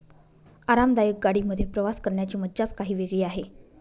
आरामदायक गाडी मध्ये प्रवास करण्याची मज्जाच काही वेगळी आहे